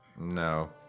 No